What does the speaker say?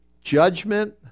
Judgment